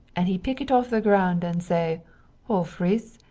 and he pick it off the ground and say ho fritz!